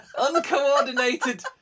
uncoordinated